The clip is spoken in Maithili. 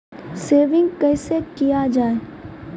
सेविंग कैसै किया जाय?